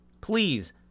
please